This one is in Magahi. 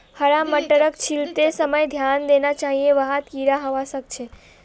हरा मटरक छीलते समय ध्यान देना चाहिए वहात् कीडा हवा सक छे